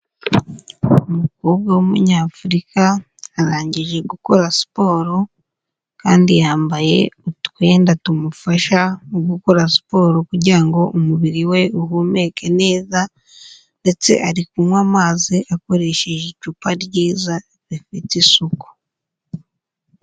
Umukobwa w'umunyafurika, arangije gukora siporo kandi yambaye utwenda tumufasha mu gukora siporo kugirango ngo umubiri we uhumeke neza ndetse ari kunywa amazi akoresheje icupa ryiza rifite isuku.